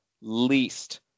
least